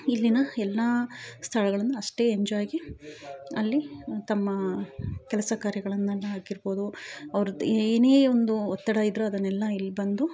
ಇಲ್ಲಿಯ ಎಲ್ಲ ಸ್ಥಳಗಳನ್ನು ಅಷ್ಟೇ ಎಂಜಾಯ್ಗೆ ಅಲ್ಲಿ ತಮ್ಮ ಕೆಲಸ ಕಾರ್ಯಗಳನ್ನೆಲ್ಲ ಆಗಿರಬಹುದು ಅವರದ್ದು ಏನೇ ಒಂದು ಒತ್ತಡ ಇದ್ರು ಅದನ್ನೆಲ್ಲ ಇಲ್ಲಿ ಬಂದು